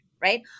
right